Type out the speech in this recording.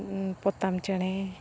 ᱯᱚᱛᱟᱢ ᱪᱮᱬᱮ